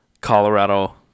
Colorado